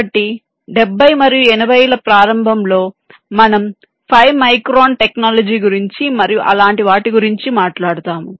కాబట్టి 70 మరియు 80 ల ప్రారంభంలో మనం 5 మైక్రాన్ టెక్నాలజీ గురించి మరియు అలాంటి వాటి గురించి మాట్లాడతాము